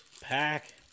Pack